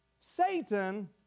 Satan